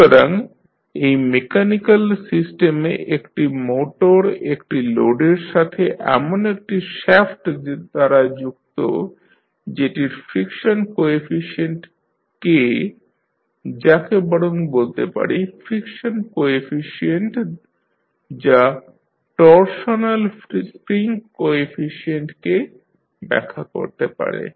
সুতরাং এই মেকানিক্যাল সিস্টেমে একটি মোটর একটি লোডের সাথে এমন একটি শ্যাফ্ট দ্বারা যুক্ত যেটির ফ্রিকশন কোএফিশিয়েন্ট K যাকে বরং বলতে পারি স্টিফনেস কোএফিশিয়েন্ট যা টরশনাল স্প্রিং কোএফিশিয়েন্টকে ব্যাখ্যা করতে পারে